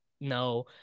No